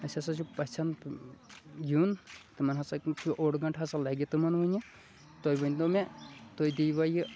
اَسہِ ہَسا چھُ پَژھٮ۪ن یُن تِمَن ہَسا کِنۍ چھُ اوٚڑ گَنٛٹہٕ ہَسا لَگہِ تِمَن وٕنہِ تُہۍ ؤنۍ تو مےٚ تُہۍ دی وَ یہِ